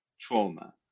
trauma